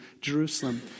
Jerusalem